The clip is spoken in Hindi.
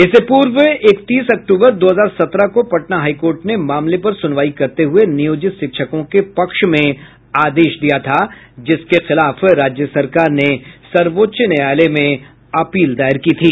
इससे पूर्व इकतीस अक्टूबर दो हजार सत्रह को पटना हाईकोर्ट ने मामले पर सुनवाई करते हुए नियोजित शिक्षकों के पक्ष में आदेश दिया था जिसके खिलाफ राज्य सरकार ने सर्वोच्च न्यायालय में अपील दायर की थी